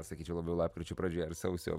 sakyčiau labiau lapkričio pradžioje ar sausio